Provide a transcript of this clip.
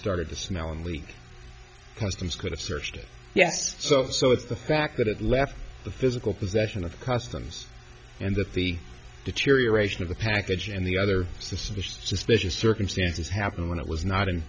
started to snow and leak customs could have searched it yes so so it's the fact that it left the physical possession of costa and that the deterioration of the package and the other suspicious circumstances happened when it was not in